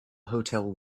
hotel